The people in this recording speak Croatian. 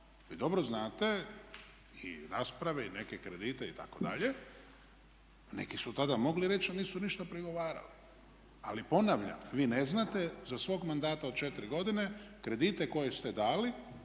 Vi dobro znate i rasprave i neke kredite itd. neki su tada mogli reći ali nisu ništa prigovarali. Ali ponavljam, vi ne znate za svog mandata od četiri godine kredite koje ste dali